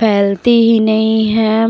फैलते ही नहीं हैं